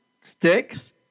sticks